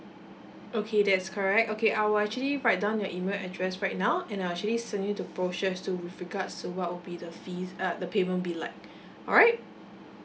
okay that's correct okay I will actually write down your email address right now and I'll actually send you the brochures to with regards so what will be the fees uh the payment be like alright